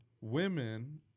women